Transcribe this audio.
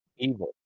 Evil